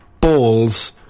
balls